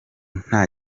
nta